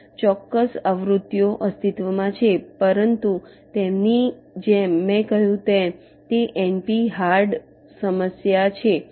વેલ ચોક્કસ આવૃત્તિઓ અસ્તિત્વમાં છે પરંતુ તેમની જેમ મેં કહ્યું તેમ તે NP હાર્ડ સમસ્યા છે